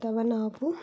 ಅಥವಾ ನಾವು